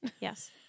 Yes